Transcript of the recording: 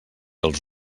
els